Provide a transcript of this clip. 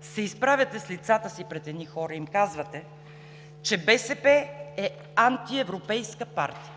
се изправяте с лицата си пред едни хора и им казвате, че БСП е антиевропейска партия,